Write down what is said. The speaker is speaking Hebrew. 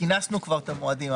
כינסנו כבר את המועדים,